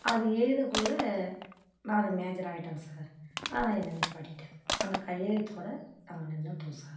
அது எழுதக்குள்ளே நானும் மேஜராயிட்டேங்க சார் அதுதான் என்ன நிற்பாட்டிட்டாங்க அந்த கையெழுத்தோடய நாங்கள் நின்றுட்டோம் சார்